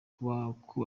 kubaka